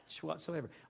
whatsoever